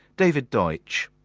david deutsch.